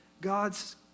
God's